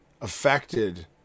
affected